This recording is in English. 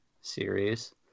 series